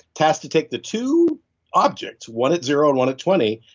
tasked to take the two objects, one at zero and one at twenty,